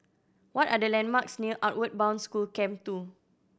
what are the landmarks near Outward Bound School Camp Two